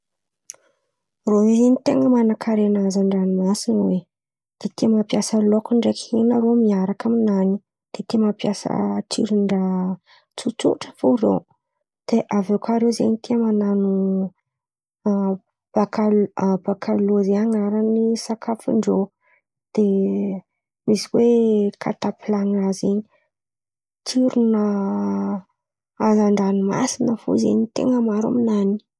Rô io zen̈y ten̈a manan-karena hazan-dranomasina oe. De tia mampiasa laoko ndreky hena rô miaraka aminany. De tia mampiasa tsiron-draha tsotsotra fo rô. De aviô kà rô zen̈y tia manano bakalô- bakalôrià anaran'ny sakafondrô. De misy koa oe kataplana zen̈y tsirona hazan-dranomasina fo zen̈y ten̈a maro aminany.